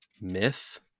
myth